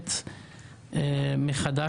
המערכת מחדש,